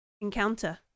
encounter